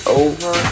over